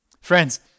Friends